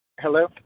Hello